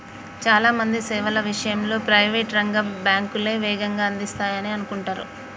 చాలా మంది సేవల విషయంలో ప్రైవేట్ రంగ బ్యాంకులే వేగంగా అందిస్తాయనే అనుకుంటరు